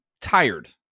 tired